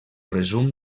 resum